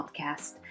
podcast